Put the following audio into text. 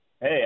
Hey